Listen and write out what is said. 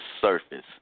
surface